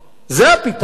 זה הפתרון?